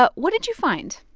but what did you find?